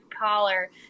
collar